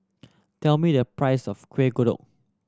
tell me the price of Kuih Kodok